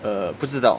uh 不知道